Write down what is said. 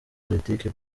politiki